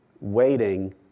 waiting